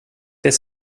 det